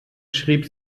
schrieb